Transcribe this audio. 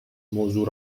موضوع